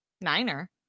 niner